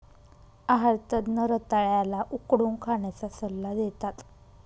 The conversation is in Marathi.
आहार तज्ञ रताळ्या ला उकडून खाण्याचा सल्ला देतात